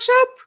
up